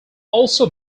also